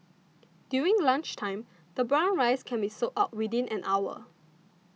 during lunchtime the brown rice can be sold out within an hour